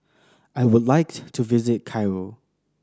I would like to visit Cairo